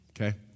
okay